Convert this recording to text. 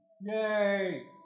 Yay